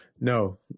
No